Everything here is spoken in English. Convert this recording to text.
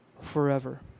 forever